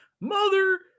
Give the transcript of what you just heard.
Mother